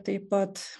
taip pat